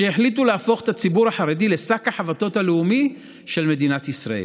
שהחליטו להפוך את הציבור החרדי לשק החבטות הלאומי של מדינת ישראל.